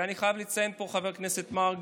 ואני חייב לציין פה את חבר הכנסת מרגי,